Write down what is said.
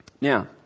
Now